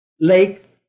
lake